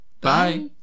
Bye